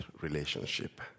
relationship